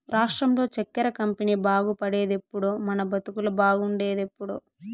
రాష్ట్రంలో చక్కెర కంపెనీ బాగుపడేదెప్పుడో మన బతుకులు బాగుండేదెప్పుడో